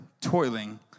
toiling